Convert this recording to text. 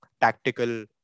tactical